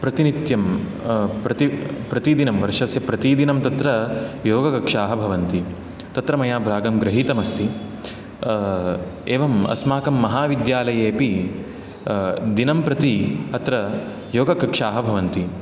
प्रतिनित्यं प्रति प्रतिदिनम् वर्षस्य प्रतिदिनं तत्र योगकक्ष्याः भवन्ति तत्र मया भागं गृहीतमस्ति एवम् अस्माकं महाविद्यालयेपि दिनं प्रति अत्र योगकक्ष्याः भवन्ति